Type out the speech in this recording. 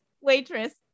waitress